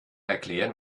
erklären